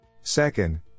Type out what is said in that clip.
Second